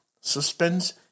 Suspense